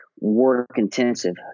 work-intensive